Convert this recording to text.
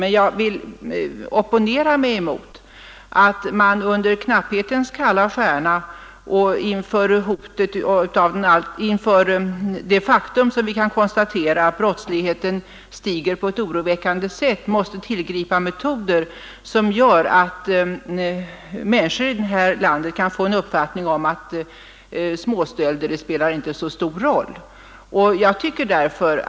Men jag vill opponera mig mot att man under knapphetens kalla stjärna och inför det faktum att, som vi kan konstatera, brottsligheten stiger på ett oroväckande sätt måste tillgripa metoder som gör att människor i vårt land kan få den uppfattningen att småstölder inte har så stor betydelse.